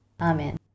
Amen